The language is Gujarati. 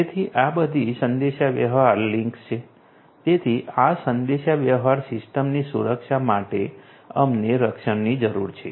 તેથી આ બધી સંદેશાવ્યવહાર લિંક્સ છે તેથી આ સંદેશાવ્યવહાર સિસ્ટમની સુરક્ષા માટે અમને રક્ષણની જરૂર છે